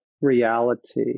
reality